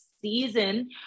season